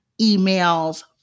emails